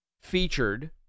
featured